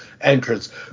entrance